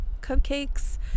cupcakes